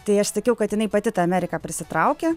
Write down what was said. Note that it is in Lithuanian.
tai aš sakiau kad jinai pati tą ameriką prisitraukė